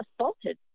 assaulted